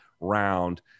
round